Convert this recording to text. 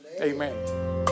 amen